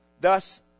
thus